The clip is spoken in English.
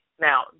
Now